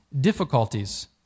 difficulties